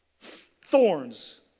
Thorns